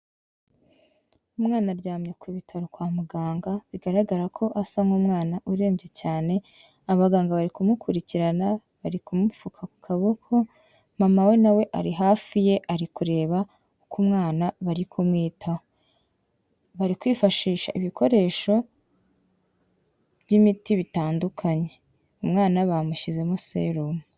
Umwana aryamye ku bitaro kwa muganga, bigaragara ko asa nk'umwana urembye cyane, abaganga bari kumukurikirana, bari kumupfuka ku kaboko, mama we na we ari hafi ye ari kureba uko umwana bari kumwitaho. Bari kwifashisha ibikoresho by'imiti bitandukanye. Umwana bamushyizemo serumu.